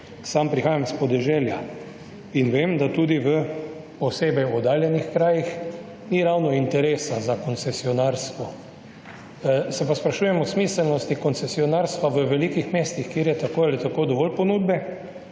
Sam prihajam iz podeželja in vem, da tudi v, posebej oddaljenih krajih, ni ravno interesa za koncesionarstvo. Se pa sprašujem v smiselnosti koncesionarstva v velikih mestih, kjer je tako ali tako dovolj ponudbe.